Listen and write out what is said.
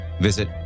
visit